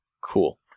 Cool